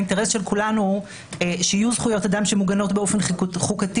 האינטרס של כולנו הוא שיהיו זכויות אדם שמוגנות באופן חוקתי,